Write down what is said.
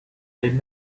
did